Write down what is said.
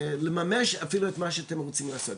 לממש אפילו את מה שאתם רוצים לעשות,